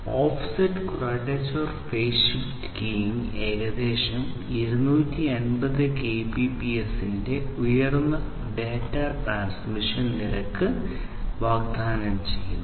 offset quadrature phase shift keying ഏകദേശം 250 കെബിപിഎസിന്റെ ഉയർന്ന ഡാറ്റാ ട്രാൻസ്മിഷൻ നിരക്ക് വാഗ്ദാനം ചെയ്യുന്നു